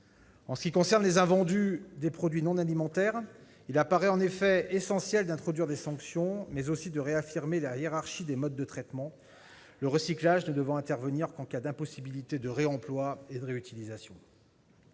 En ce qui concerne les invendus des produits non alimentaires, il apparaît essentiel d'introduire des sanctions, mais aussi de réaffirmer la hiérarchie des modes de traitement, le recyclage ne devant intervenir qu'en cas d'impossibilité de réemploi ou de réutilisation.